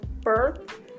birth